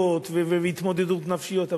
בעיות והתמודדות נפשית,